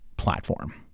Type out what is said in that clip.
Platform